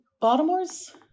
Baltimore's